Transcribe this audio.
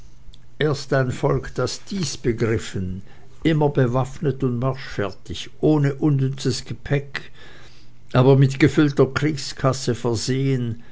erst ein volk das dies begriffen immer bewaffnet und marschfertig ohne unnützes gepäck aber mit gefüllter kriegskasse versehen